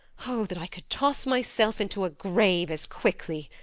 o that i could toss myself into a grave as quickly!